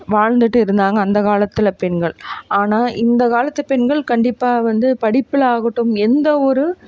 வாழ்ந்துகிட்டு இருந்தாங்க அந்தக்காலத்தில் பெண்கள் ஆனால் இந்த காலத்துப் பெண்கள் கண்டிப்பாக வந்து படிப்பில் ஆகட்டும் எந்த ஒரு